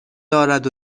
دارد